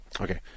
Okay